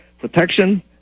protection